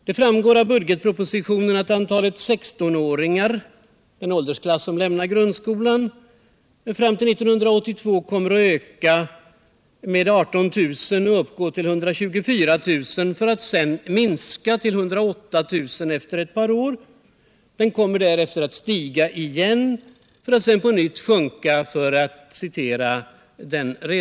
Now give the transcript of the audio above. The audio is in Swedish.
Det framgår av budgetpropositionen att antalet 16 åringar — den åldersklass som lämnar grundskolan — fram till 1982 kommer att öka med 18 000 och uppgå till 124 000 för att sedan minska till 108 000 efter ett par år. Den kommer därefter att stiga igen för att sedan på nytt sjunka.